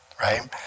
right